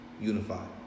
Unified